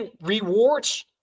rewards